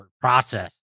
process